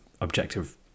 objective